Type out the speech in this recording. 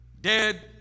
dead